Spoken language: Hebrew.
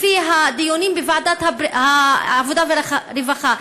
לפי הדיונים בוועדת העבודה והרווחה,